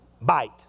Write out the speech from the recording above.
bite